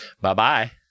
Bye-bye